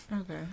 Okay